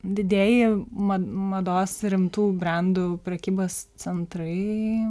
didėja ma mados rimtų brendų prekybos centrai